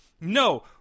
no